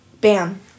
bam